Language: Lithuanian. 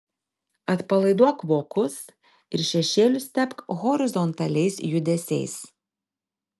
atpalaiduok vokus ir šešėlius tepk horizontaliais judesiais